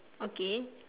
okay